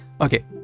Okay